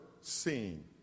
seen